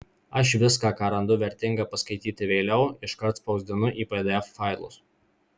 aš viską ką randu vertinga paskaityti vėliau iškart spausdinu į pdf failus